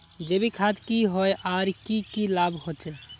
जैविक खाद की होय आर की की लाभ होचे?